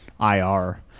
IR